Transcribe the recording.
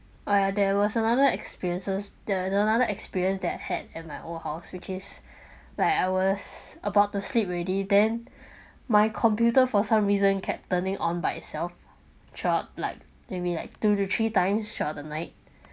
uh there was another experiences the the another experience that I had at my old house which is like I was about to sleep already then my computer for some reason kept turning on by itself throughout like maybe like two to three times throughout the night